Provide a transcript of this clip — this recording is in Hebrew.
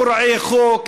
פורעי חוק,